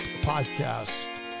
Podcast